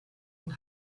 und